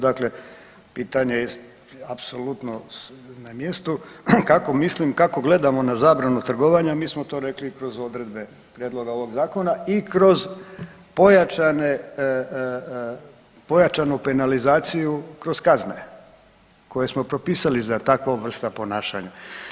Dakle, pitanje je apsolutno na mjestu kako mislim, kako gledamo na zabranu trgovanja mi smo to rekli kroz odredbe prijedloga ovog zakona i kroz pojačanu penalizaciju kroz kazne koje smo propisali za takvu vrstu ponašanja.